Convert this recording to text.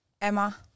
Emma